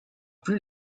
plus